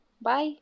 Bye